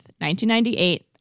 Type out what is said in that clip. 1998